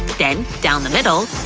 then down the middle.